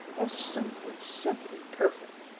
how simply, simply perfect!